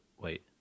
Wait